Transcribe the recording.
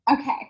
Okay